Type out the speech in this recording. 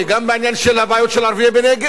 גם בעניין של הבעיות של ערביי הנגב,